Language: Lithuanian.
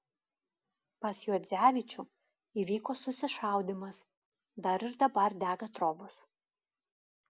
pas juodzevičių įvyko susišaudymas dar ir dabar dega trobos